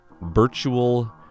Virtual